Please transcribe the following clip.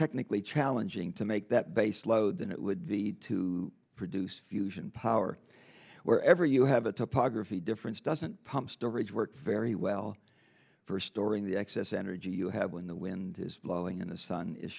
technically challenging to make that base load than it would be to produce fusion power wherever you have a topography difference doesn't pump storage work very well for storing the excess energy you have when the wind is blowing in the sun is